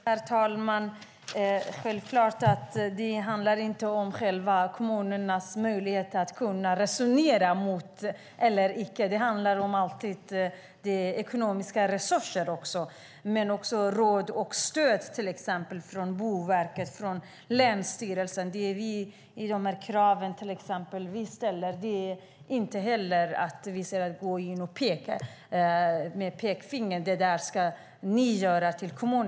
Herr talman! Det är självklart att det inte handlar om kommunernas möjlighet att resonera eller icke. Det handlar om ekonomiska resurser och om råd och stöd, till exempel från Boverket och från länsstyrelsen. När det gäller de krav som vi ställer handlar det inte heller om att vi går in och pekar med pekfingret och säger till kommunerna: Det där ska ni göra!